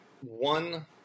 one